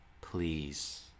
Please